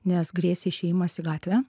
nes grėsė išėjimas į gatvę